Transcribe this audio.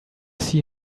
see